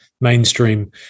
mainstream